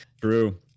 True